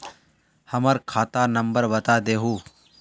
हमर खाता नंबर बता देहु?